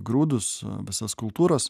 grūdus visas kultūras